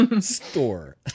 Store